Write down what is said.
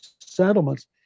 settlements